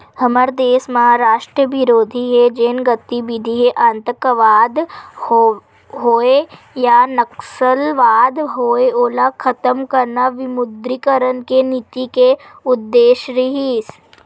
हमर देस म राष्ट्रबिरोधी जेन गतिबिधि हे आंतकवाद होय या नक्सलवाद होय ओला खतम करना विमुद्रीकरन के नीति के उद्देश्य रिहिस